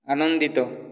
ଆନନ୍ଦିତ